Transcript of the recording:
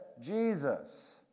Jesus